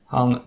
Han